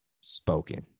spoken